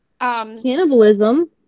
cannibalism